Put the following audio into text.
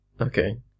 Okay